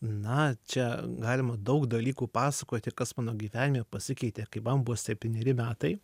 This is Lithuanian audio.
na čia galima daug dalykų pasakoti kas mano gyvenime pasikeitė kai man buvo septyneri metai